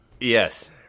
Yes